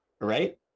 right